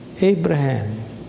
Abraham